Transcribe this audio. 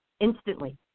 instantly